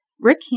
Rick